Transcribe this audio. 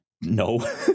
No